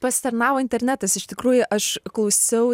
pasitarnavo internetas iš tikrųjų aš klausiau